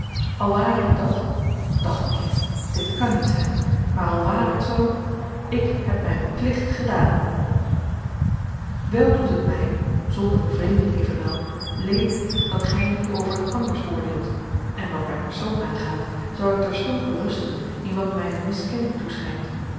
zyne al ware het dat doch neen dit kàn niet zyn maar al ware het zoo ik heb myn plicht gedaan wel doet het my zonder bevreemding evenwel leed dat gy hierover anders oordeelt en wat myn persoon aangaat zou ik terstond berusten in wat my een miskenning toeschynt doch